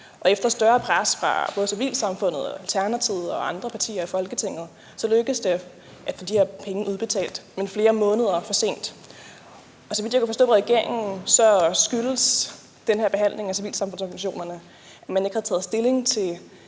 og efter større pres fra både civilsamfundet, Alternativet og andre partier i Folketinget lykkedes det at få de her penge udbetalt, men flere måneder for sent. Så vidt jeg kan forstå på regeringen, skyldes den her behandling af civilsamfundsorganisationerne, at man ikke har taget stilling til